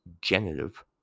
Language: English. genitive